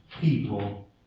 people